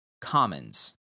commons